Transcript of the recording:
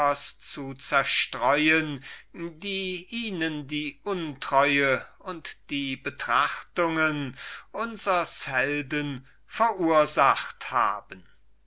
zu zerstreuen die ihnen die untreue und die betrachtungen unsers helden verursachet haben